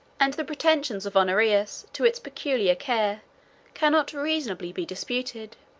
and the pretensions of honorius to its peculiar care cannot reasonably be disputed.